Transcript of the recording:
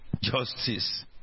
justice